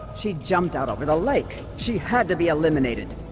she jumped out over the lake. she had to be eliminated